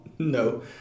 No